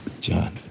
John